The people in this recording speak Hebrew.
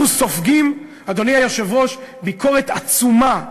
אנחנו סופגים, אדוני היושב-ראש, ביקורת עצומה,